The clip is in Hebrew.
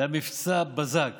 זה היה מבצע בזק